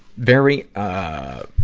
very, ah,